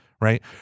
right